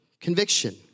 Conviction